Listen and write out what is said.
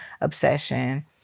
obsession